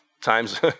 Times